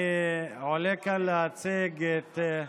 אני עולה כאן להציג את,